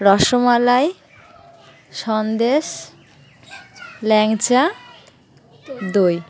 রসমলাই সন্দেশ ল্যাংচা দই